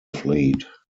fleet